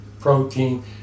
protein